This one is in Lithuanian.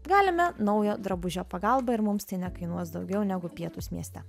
galime naujo drabužio pagalba ir mums tai nekainuos daugiau negu pietūs mieste